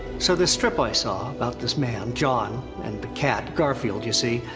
so this strip i saw about this man, jon, and the cat, garfield, you see?